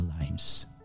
lives